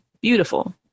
Beautiful